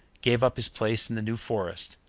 gave up his place in the new forest,